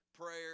prayer